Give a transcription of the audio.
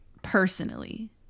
Personally